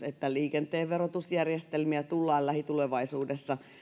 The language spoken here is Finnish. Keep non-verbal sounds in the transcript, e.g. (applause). (unintelligible) että liikenteen verotusjärjestelmiä tullaan lähitulevaisuudessa